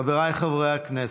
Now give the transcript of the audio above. חבריי חברי הכנסת,